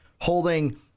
holding